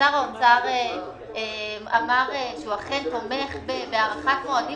שר האוצר אמר שהוא אכן תומך בהארכת מועדים,